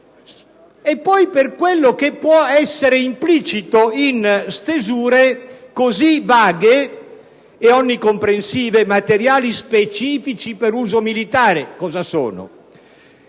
poi per quanto può essere implicito in stesure così vaghe e onnicomprensive. Materiali specifici per uso militare: cosa sono?